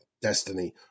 destiny